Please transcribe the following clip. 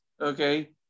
okay